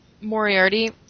Moriarty